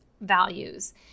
values